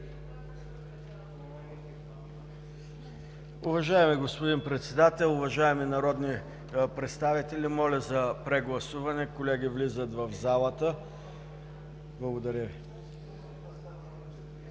Уважаеми господин председател, уважаеми народни представители, моля за прегласуване. Колеги влизат в залата. Благодаря Ви.